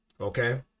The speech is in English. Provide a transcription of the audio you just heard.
okay